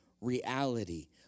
reality